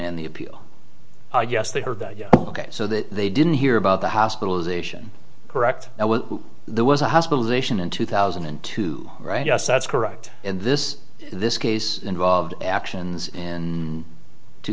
in the appeal yes they heard that so that they didn't hear about the hospitalization correct and there was a hospitalization in two thousand and two right yes that's correct in this this case involved actions in two